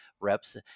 reps